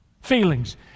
Feelings